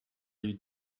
you